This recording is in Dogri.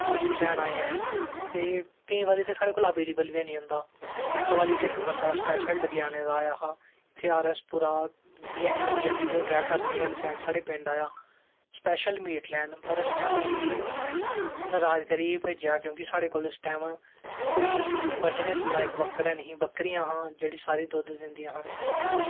मीट लैन आए ऐं ते केंई बारी साढ़े कोल अवेलेवल बी नी होंदा इक बारी ते इक बंदा स्पैशल डिगेआनें दा आया हा ते इत्थें आर ऐस पुरा बी हैनी लब्भेआ हा ते ओह् सिध्दा अरनियां आह्ली साईड साढ़े पिंड आया हा सेपैशल मीट लैन पर अस उसी नराज़ करियै भेजेआ हा क्योंकि उस टैम साढ़े कोल बड्ढने लाईक बकरा नेईं हा सारी बकरियां हां जेह्ड़ियां सारियां दुध्द दिंदियां हां